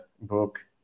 book